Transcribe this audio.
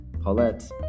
Paulette